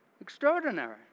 Extraordinary